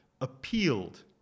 appealed